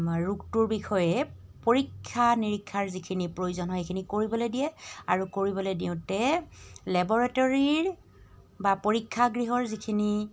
ৰোগটোৰ বিষয়ে পৰীক্ষা নিৰীক্ষাৰ যিখিনি প্ৰয়োজন হয় সেইখিনি কৰিবলৈ দিয়ে আৰু কৰিবলৈ দিওঁতে লেবৰেটৰীৰ বা পৰীক্ষাগৃহৰ যিখিনি